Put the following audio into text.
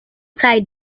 tie